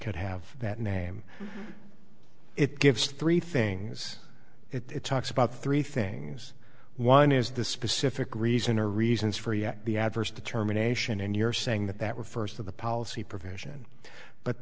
could have that name it gives three things it talks about three things one is the specific reason or reasons for yet the adverse determination in your saying that that refers to the policy provision but